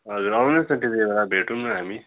हजुर आउनुहोस् त्यतिबेला भेटौँ न हामी